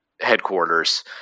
headquarters